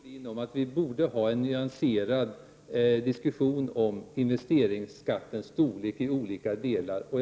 Herr talman! Jag håller med Görel Bohlin om att vi borde ha en nyanserad diskussion om investeringsskattens storlek i olika delar av länet.